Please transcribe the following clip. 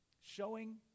Showing